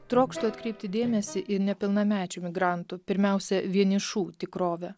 trokštu atkreipti dėmesį į nepilnamečių migrantų pirmiausia vienišų tikrovę